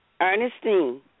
Ernestine